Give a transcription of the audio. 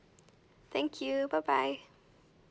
thank you bye bye